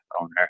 owner